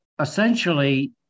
essentially